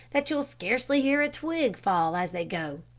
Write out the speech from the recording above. that you'll scarcely hear a twig fall as they go.